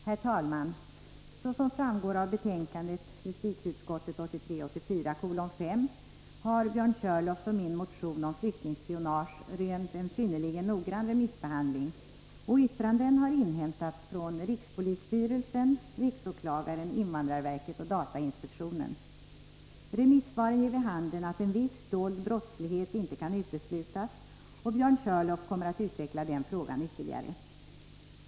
Herr talman! Som framgår av justitieutskottets betänkande 5 har Björn Körlofs och min motion om flyktingspionage rönt en synnerligen noggrann remissbehandling. Yttranden har inhämtats från rikspolisstyrelsen, riksåklagaren, invandrarverket och datainspektionen. Remissvaren ger vid handen att en viss dold brottslighet inte kan uteslutas. Björn Körlof kommer att utveckla den frågan ytterligare.